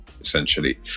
essentially